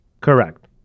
Correct